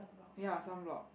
ya sunblock